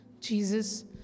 Jesus